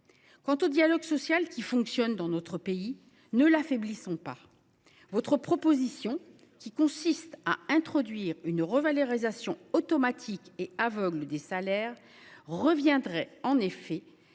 Quant au dialogue social, il fonctionne dans notre pays. Ne l’affaiblissons pas ! Votre proposition, qui consiste à introduire une revalorisation automatique et aveugle des salaires, reviendrait en effet